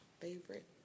Favorite